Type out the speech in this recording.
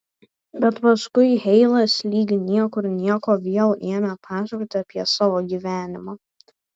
bet paskui heilas lyg niekur nieko vėl ėmė pasakoti apie savo gyvenimą